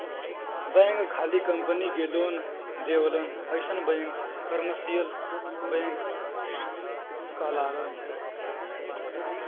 bank खाली company के loan देवलन अइसन बैंक कमर्सियल बैंक कहलालन